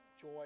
joy